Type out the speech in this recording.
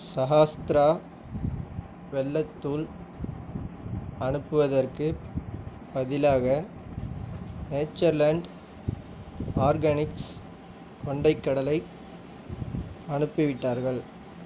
சஹாஸ்த்ரா வெல்லத்தூள் அனுப்புவதற்குப் பதிலாக நேச்சர் லாண்ட் ஆர்கானிக்ஸ் கொண்டைக் கடலை அனுப்பிவிட்டார்கள்